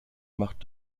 macht